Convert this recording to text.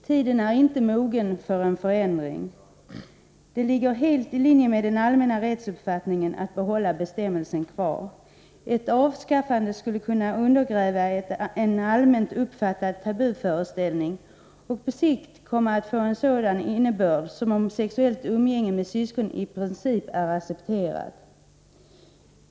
Tiden är inte mogen för en förändring. Det ligger helt i linje med den allmänna rättsuppfattningen att ha kvar bestämmelsen. Ett avskaffande skulle kunna undergräva en allmänt uppfattad tabuföreställning och på sikt komma att få en sådan innebörd som att sexuellt umgänge med syskon i princip är accepterat.